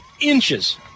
inches